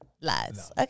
Lies